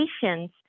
patients